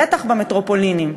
בטח במטרופולינים.